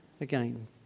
again